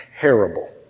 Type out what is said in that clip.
terrible